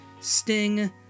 Sting